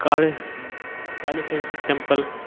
கா டெம்பிள்